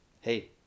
hey